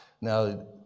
Now